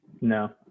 No